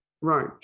Right